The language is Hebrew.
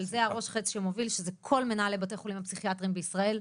אבל זה ראש החץ שמוביל שזה כל מנהלי בתי החולים הפסיכיאטרים בישראל,